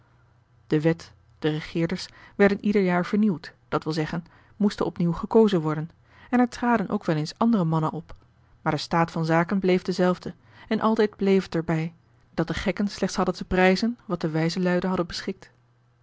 de wet de regeerders werden ieder jaar vernieuwd dat wil zeggen moesten opnieuw gekozen worden en er traden ook wel eens andere mannen op maar de staat van zaken bleef dezelfde en altijd bleef het er bij dat de gekken slechts hadden te prijzen wat de wijze luiden hadden beschikt